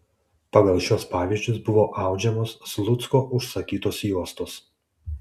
pagal šiuos pavyzdžius buvo audžiamos slucko užsakytos juostos